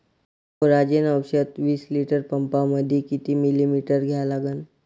Coragen औषध विस litre पंपामंदी किती मिलीमिटर घ्या लागन?